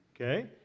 Okay